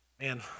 man